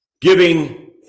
Giving